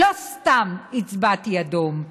לא סתם הצבעתי אדום,